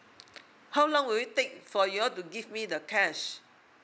how long will it take for you all to give me the cash